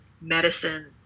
medicine